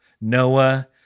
Noah